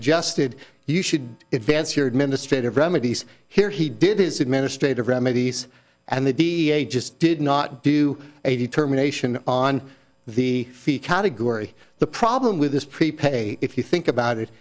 suggested you should events here administrative remedies here he did his administrative remedies and the da just did not do a determination on the feet category the problem with this prepay if you think about it